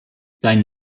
sein